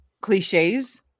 Cliches